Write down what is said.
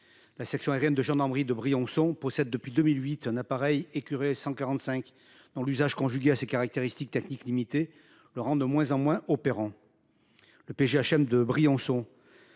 La section aérienne de gendarmerie de Briançon possède depuis 2008 un appareil Écureuil 145, dont l’usage, du fait de ses caractéristiques techniques limitées, est de moins en moins opérant. Le peloton